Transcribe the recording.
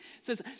says